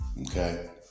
okay